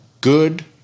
good